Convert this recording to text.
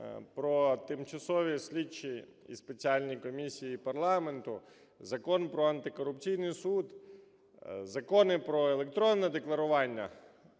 про тимчасові слідчі і спеціальні комісії парламенту, Закон про антикорупційний суд, закони про електронне декларування.